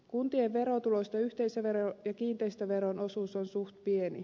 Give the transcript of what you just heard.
kuntien verotuloista yhteisöveron ja kiinteistöveron osuus on suht pieni